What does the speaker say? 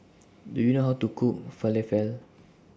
Do YOU know How to Cook Falafel